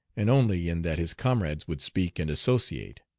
and only in that his comrades would speak and associate.